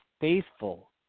faithful